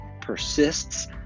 persists